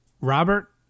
Robert